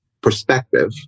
perspective